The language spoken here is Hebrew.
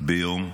ביום רביעי,